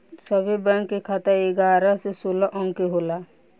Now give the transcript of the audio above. सभे बैंक के खाता एगारह से सोलह अंक के होला